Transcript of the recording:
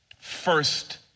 First